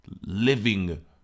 living